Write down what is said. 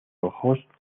ojotsk